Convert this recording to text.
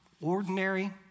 ordinary